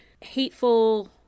hateful